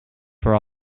for